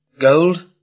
Gold